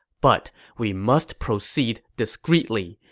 but we must proceed discreetly.